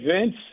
Vince